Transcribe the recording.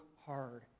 hard